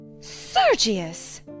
Sergius